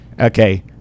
Okay